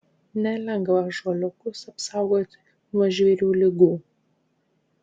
nelengva ąžuoliukus apsaugoti nuo žvėrių ligų